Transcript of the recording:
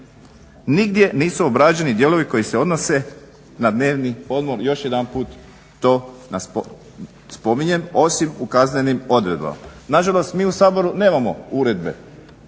Nigdje nisu obrađeni dijelovi koji se odnose na dnevni odbor još jedanput to spominjem osim u kaznenim odredbama. Nažalost mi u Saboru nemamo uredbe